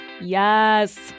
Yes